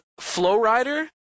Flowrider